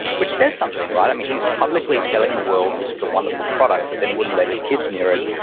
which says something, right? i mean he's publicly telling the world this is a wonderful product, but then wouldn't let his kids near it,